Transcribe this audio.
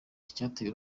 icyateye